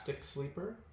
sleeper